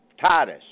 Titus